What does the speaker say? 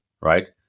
right